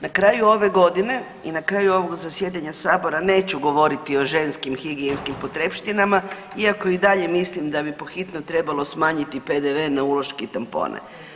Na kraju ove godine i na kraju ovog zasjedanja Sabora neću govoriti o ženskim higijenskim potrepštinama iako i dalje mislim da bi pod hitno trebalo smanjiti PDV na uloške i tampone.